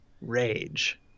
rage